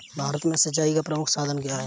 भारत में सिंचाई का प्रमुख साधन क्या है?